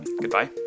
Goodbye